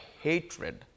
hatred